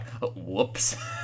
whoops